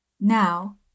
Now